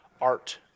art